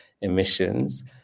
emissions